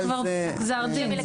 יש כבר גזר דין.